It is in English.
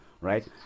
right